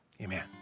Amen